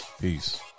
Peace